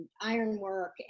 ironwork